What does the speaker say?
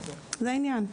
זה העניין.